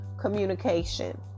communication